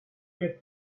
get